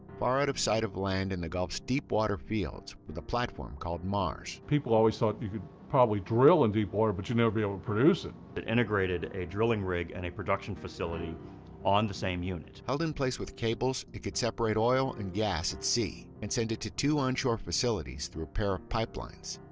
far out of sight of land in the gulf's deepwater fields, with a platform called mars. people always thought you could probably drill in deepwater but you'd never be able to produce it. it integrated a drilling rig and production facility on the same unit. held in place with cables, it could separate oil and gas at sea and send it to two onshore facilities through a pair of pipelines.